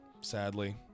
sadly